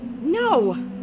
No